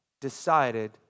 decided